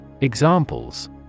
Examples